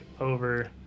over